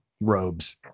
robes